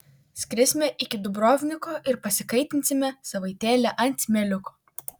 skrisime iki dubrovniko ir pasikaitinsime savaitėlę ant smėliuko